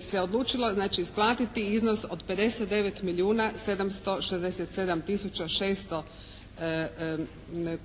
se odlučilo znači isplatiti iznos od 59 milijuna 767 tisuća 600